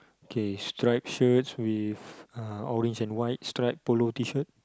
K striped shirt with uh orange and white stripe polo t-shirt